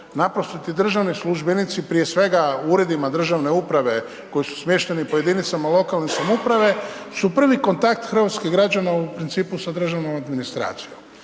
naprosto ti državni službenici prije svega u uredima državne uprave koji su smješteni po jedinicama lokalne samouprave su prvi kontakt hrvatskih građana u principu sa državnom administracijom.